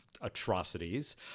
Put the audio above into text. atrocities